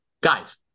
guys